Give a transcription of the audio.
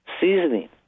seasoning